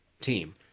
team